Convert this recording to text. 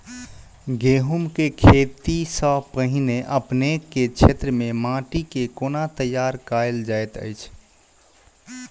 गेंहूँ केँ खेती सँ पहिने अपनेक केँ क्षेत्र मे माटि केँ कोना तैयार काल जाइत अछि?